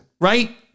right